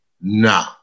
Nah